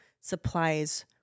supplies